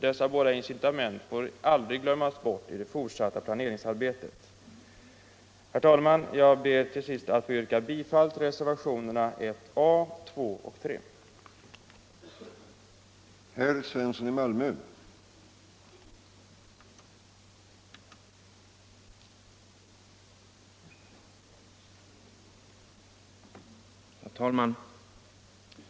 Dessa båda incitament får aldrig glömmas bort i det fortsatta planeringsarbetet. Herr talman! Jag ber med det anförda att få yrka bifall till reservationerna la, 2 och 3 vid betänkandet nr 1.